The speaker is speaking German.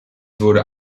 wurde